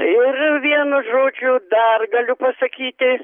ir vienu žodžiu dar galiu pasakyti